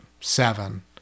seven